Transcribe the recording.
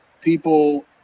people